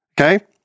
Okay